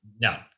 No